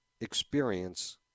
experience